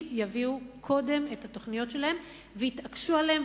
יביאו קודם את התוכניות שלהם ויתעקשו עליהן,